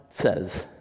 says